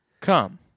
Come